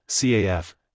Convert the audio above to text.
CAF